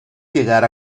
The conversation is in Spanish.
llegar